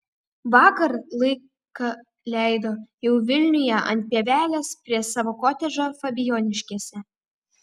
vakar laiką leido jau vilniuje ant pievelės prie savo kotedžo fabijoniškėse